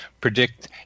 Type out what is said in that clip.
predict